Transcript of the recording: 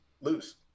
lose